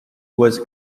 was